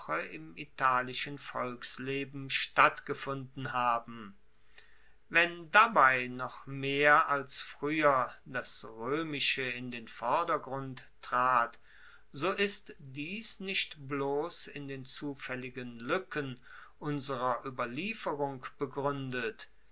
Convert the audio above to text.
im italischen volksleben stattgefunden haben wenn dabei noch mehr als frueher das roemische in den vordergrund trat so ist dies nicht bloss in den zufaelligen luecken unserer ueberlieferung begruendet